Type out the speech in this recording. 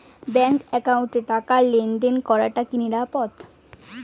Bank একাউন্টত টাকা লেনদেন করাটা কি নিরাপদ?